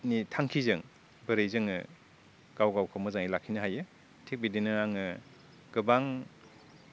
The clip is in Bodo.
नि थांखिजो बोरै जोङो गाव गावखौ मोजाङै लाखिनो हायो थिग बिदिनो आङो गोबां